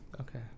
Okay